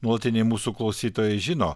nuolatiniai mūsų klausytojai žino